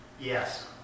Yes